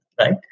right